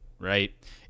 right